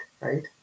right